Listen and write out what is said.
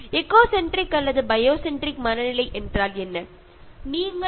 എന്താണ് ഈ ജൈവ കേന്ദ്രീകൃത ചിന്താഗതി അല്ലെങ്കിൽ പ്രകൃതി കേന്ദ്രീകൃത ചിന്താഗതി